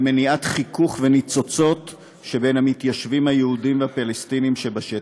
למניעת חיכוך וניצוצות בין המתיישבים היהודים לפלסטינים שבשטח.